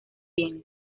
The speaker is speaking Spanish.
bienes